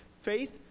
faith